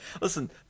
Listen